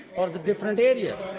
or the different areas.